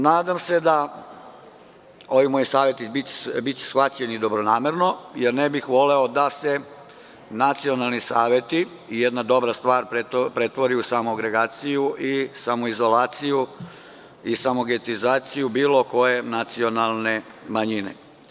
Nadam se da će ovi moji saveti biti shvaćeni dobronamerno, jer ne bih voleo da se nacionalni saveti i jedna dobra stvar pretvori u samoagregaciju, samoizolaciju, samogetizaciju bilo koje nacionalne manjine.